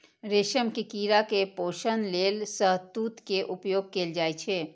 रेशम के कीड़ा के पोषण लेल शहतूत के उपयोग कैल जाइ छै